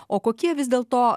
o kokie vis dėlto